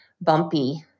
bumpy